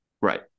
Right